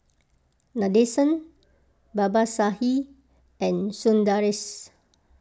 Nadesan Babasaheb and Sundaresh